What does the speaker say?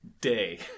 day